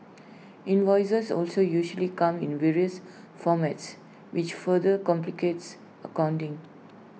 invoices also usually come in various formats which further complicates accounting